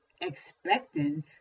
expecting